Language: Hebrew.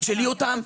תשאלי אותם.